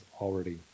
already